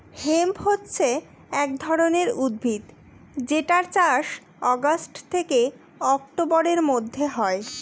hemp হছে এক ধরনের উদ্ভিদ যেটার চাষ অগাস্ট থেকে অক্টোবরের মধ্যে হয়